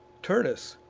turnus,